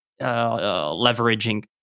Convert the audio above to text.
leveraging